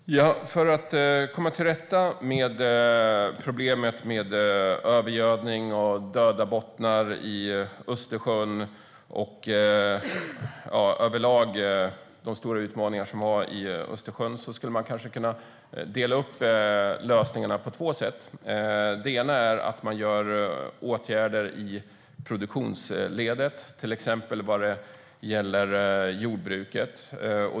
Herr talman! För att komma till rätta med problemet med övergödning och döda bottnar i Östersjön och de stora utmaningarna i Östersjön överlag skulle man kanske kunna dela upp lösningarna på två sätt. Det ena är att man vidtar åtgärder i produktionsledet, till exempel vad gäller jordbruket.